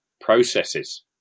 processes